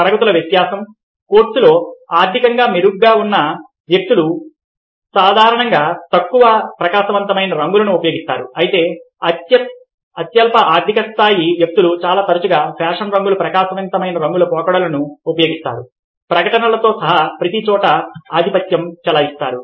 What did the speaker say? తరగతుల వ్యత్యాసం కోట్స్ లో ఆర్థికంగా మెరుగ్గా ఉన్న వ్యక్తులు సాధారణంగా తక్కువ ప్రకాశవంతమైన రంగులను ఉపయోగిస్తారు అయితే అత్యల్ప ఆర్థిక స్థాయి వ్యక్తులు చాలా తరచుగా ఫ్యాషన్ రంగుల ప్రకాశవంతమైన రంగుల పోకడలను ఉపయోగిస్తారు ప్రకటనలతో సహా ప్రతిచోటా ఆధిపత్యం చెలాయిస్తారు